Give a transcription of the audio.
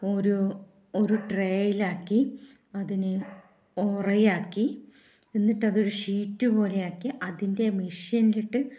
ഒരു ഒരു ട്രേയിലാക്കി അതിനെ ഒറയാക്കി എന്നിട്ട് അതൊരു ഷീറ്റ് പോലെയാക്കി അതിൻ്റെ മഷീനിലിട്ട്